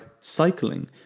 cycling